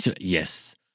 yes